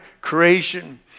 Creation